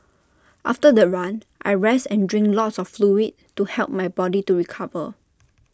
after the run I rest and drink lots of fluid to help my body to recover